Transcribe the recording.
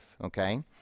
okay